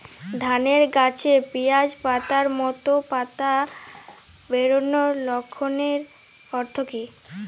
ধানের গাছে পিয়াজ পাতার মতো পাতা বেরোনোর লক্ষণের অর্থ কী?